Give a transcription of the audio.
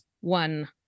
one